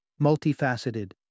multifaceted